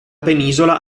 penisola